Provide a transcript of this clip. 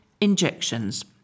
injections